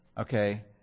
Okay